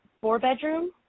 four-bedroom